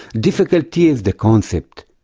difficulty is the concept.